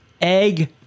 egg